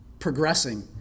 progressing